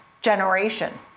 generation